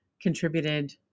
contributed